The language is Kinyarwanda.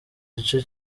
igice